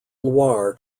loire